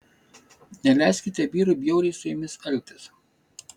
neleiskite vyrui bjauriai su jumis elgtis